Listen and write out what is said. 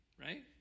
right